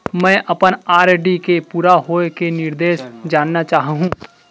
मैं अपन आर.डी के पूरा होये के निर्देश जानना चाहहु